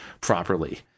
properly